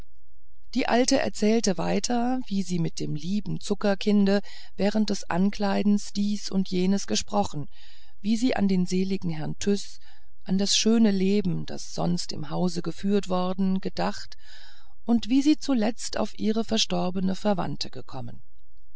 die alte erzählte weiter wie sie mit dem lieben zuckerkinde während des ankleidens dies und jenes gesprochen wie sie an den seligen herrn tyß an das schöne leben das sonst im hause geführt worden gedacht und wie sie zuletzt auf ihre verstorbene verwandte gekommen